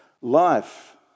life